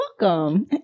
welcome